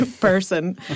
person